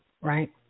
right